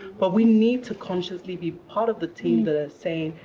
but we need to consciously be part of the team that are saying,